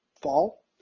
fall